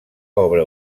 obra